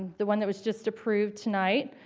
the one that was just approved tonight.